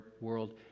world